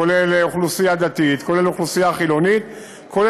כולל האוכלוסייה הדתית, כולל האוכלוסייה החילונית,